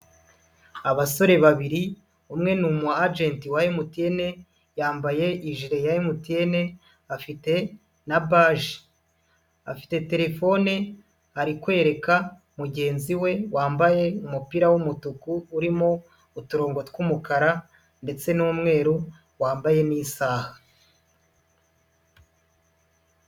Abasore babiri umwe ni umu ajenti wa MTN yambaye ijire ya MTN afite na baji, afite telefone ari kwereka mugenzi we wambaye umupira w'umutuku urimo uturongo tw'umukara ndetse n'umweru wambaye n'isaha.